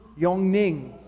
Yongning